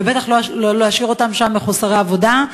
ובטח לא להשאיר אותם שם מחוסרי עבודה.